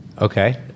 Okay